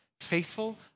Faithful